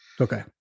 Okay